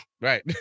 Right